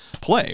play